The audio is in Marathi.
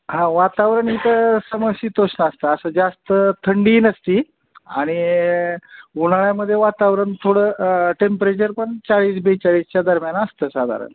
हा वातावरण इथं समसीतोष्ण असतं असं जास्त थंडी नसते आणि उन्हाळ्यामध्ये वातावरण थोडं टेम्परेचर पण चाळीस बेचाळीसच्या दरम्यान असतं साधारण